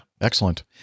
Excellent